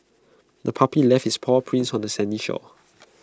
the puppy left its paw prints on the sandy shore